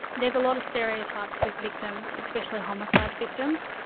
there's a lot of stereotypes with victims, especially homicide victims,